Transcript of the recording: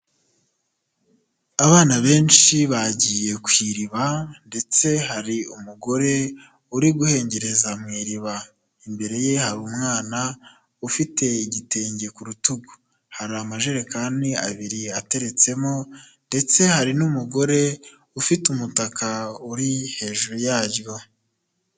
Abana benshi bagiye ku iriba ndetse hari umugore uri guhengereza mu iriba, imbere ye hari umwana ufite igitenge ku rutugu, hari amajerekani abiri ateretsemo ndetse hari n'umugore ufite umutaka uri hejuru yaryo.